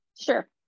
Sure